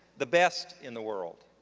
the best in the world.